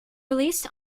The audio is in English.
released